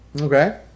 Okay